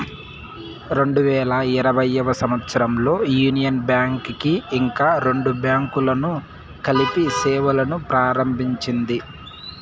రెండు వేల ఇరవై సంవచ్చరంలో యూనియన్ బ్యాంక్ కి ఇంకా రెండు బ్యాంకులను కలిపి సేవలును ప్రారంభించింది